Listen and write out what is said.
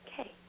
Okay